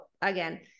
again